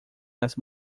nas